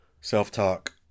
Self-talk